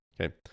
okay